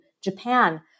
Japan